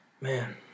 Man